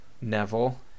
Neville